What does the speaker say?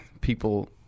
people